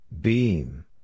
Beam